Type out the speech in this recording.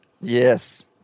Yes